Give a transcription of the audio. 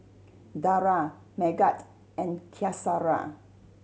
Dara Megat and Qaisara